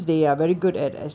ah ya